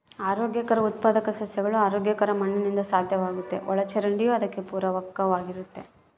ಆರೋಗ್ಯಕರ ಉತ್ಪಾದಕ ಸಸ್ಯಗಳು ಆರೋಗ್ಯಕರ ಮಣ್ಣಿನಿಂದ ಸಾಧ್ಯವಾಗ್ತದ ಒಳಚರಂಡಿಯೂ ಅದಕ್ಕೆ ಪೂರಕವಾಗಿರ್ತತೆ